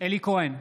אלי כהן,